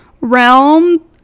realm